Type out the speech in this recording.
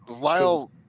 Lyle